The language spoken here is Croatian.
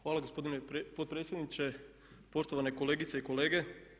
Hvala gospodine potpredsjedniče, poštovane kolegice i kolege.